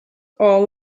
are